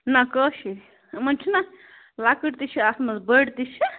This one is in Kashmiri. نہَ کٲشِر یِمن چھِنا لۄکِٹۍ تہِ چھِ اَتھ منٚز بٔڈۍ تہِ چھِ